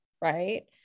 right